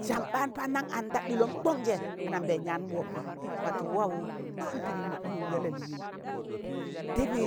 Sam ɓaan pandan an ɗa ɗịlọm konzẹ anambẹẹn yaan wọpị watụ waụ ɗọọn pịdịm mọ ɗịwụn gaa lalịịwịn, tịbị